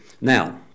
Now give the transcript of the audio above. Now